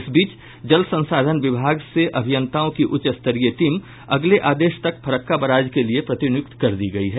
इस बीच जल संसाधन विभाग से अभियंताओं की उच्चस्तरीय टीम अगले आदेश तक फरक्का बराज के लिये प्रतिनियुक्त कर दी गयी है